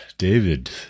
David